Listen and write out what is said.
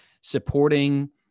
supporting